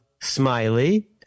smiley